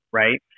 right